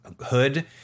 hood